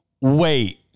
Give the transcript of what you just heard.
Wait